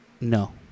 no